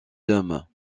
dôme